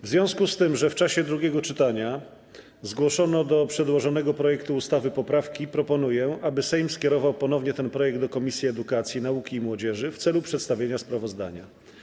W związku z tym, że w czasie drugiego czytania zgłoszono do przedłożonego projektu ustawy poprawki, proponuję, aby Sejm skierował ponownie ten projekt do Komisji Edukacji, Nauki i Młodzieży w celu przedstawienia sprawozdania.